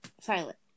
silent